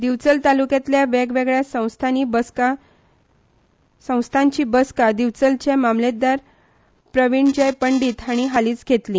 दिवचल तालूक्यांतल्या वेगवेगळ्या संस्थांची बसका दिवचलचे मामलेदार प्रवीणजय पंडित हांणी हालींच घेतली